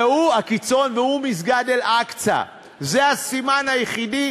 והוא מסגד אל-אקצא, זה הסימן היחיד.